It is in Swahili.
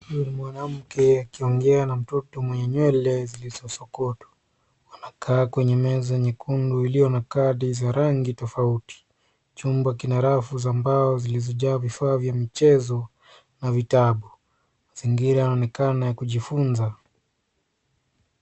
Huyu ni mwanamke akiongea na mtoto mwenye nywele zilizosokotwa. Anakaa kwenye meza nyekundu iliyo na kadi za rangi tofauti. Chumba kina rafu za mbao zilizo jaa vifaa vya michezo na vitabu. Mazingira yaonekana ya kujifunza.